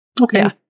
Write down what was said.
Okay